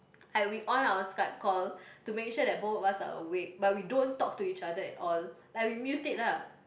I we on our Skype call to make sure that both of us are awake but we don't talk to each other at all like we muted lah